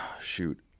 Shoot